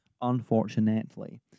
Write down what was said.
Unfortunately